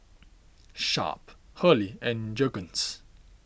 Sharp Hurley and Jergens